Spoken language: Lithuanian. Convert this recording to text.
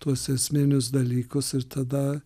tuos esminius dalykus ir tada